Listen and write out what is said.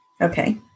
Okay